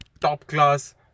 top-class